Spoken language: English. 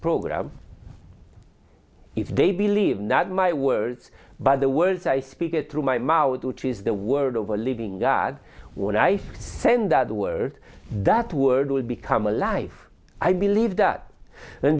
program if they believe not my words but the words i speak it through my mouth which is the word of a living god when i send out the word that word would become a life i believe that